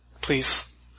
please